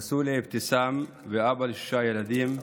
נשוי לאבתיסאם, ואבא לשישה ילדים,